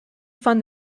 fund